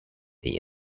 the